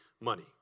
Money